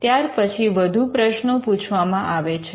ત્યાર પછી વધુ પ્રશ્નો પૂછવામાં આવે છે